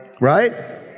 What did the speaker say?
Right